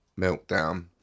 meltdown